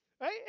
Right